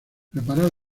preparar